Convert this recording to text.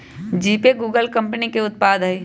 GPay Google company के उत्पाद हइ